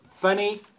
funny